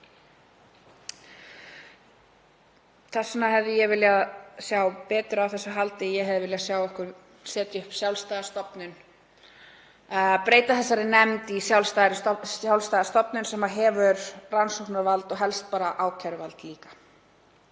Þess vegna hefði ég viljað sjá betur á málum haldið. Ég hefði viljað sjá okkur setja upp sjálfstæða stofnun, breyta þessari nefnd í sjálfstæða stofnun sem hefur rannsóknarvald og helst ákæruvald líka.